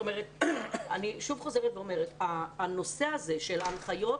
אני שוב חוזרת ואומרת שהנושא הזה של ההנחיות,